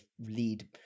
lead